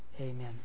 amen